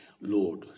Lord